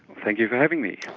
thank you for having me.